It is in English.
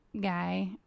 guy